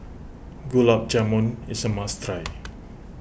Gulab Jamun is a must try